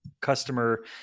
customer